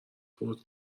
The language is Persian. فوت